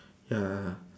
ya